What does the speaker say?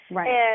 Right